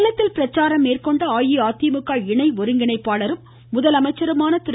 சேலத்தில் பிரச்சாரம் மேற்கொண்ட அஇஅதிமுக இணை ஒருங்கிணைப்பாளரும் முதலமைச்சருமான திரு